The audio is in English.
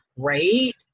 great